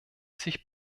sich